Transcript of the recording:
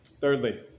Thirdly